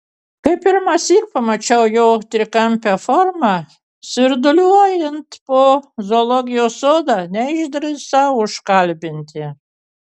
kai pirmąsyk pamačiau jo trikampę formą svirduliuojant po zoologijos sodą neišdrįsau užkalbinti